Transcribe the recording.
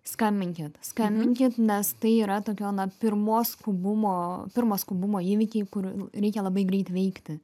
skambinkit skambinkit nes tai yra tokio na pirmo skubumo pirmo skubumo įvykiai kur reikia labai greitai veikti